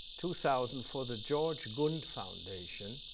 two thousand, for the george gund foundation.